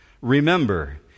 Remember